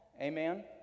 Amen